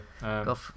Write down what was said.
go